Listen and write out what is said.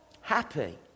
happy